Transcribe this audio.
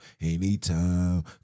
anytime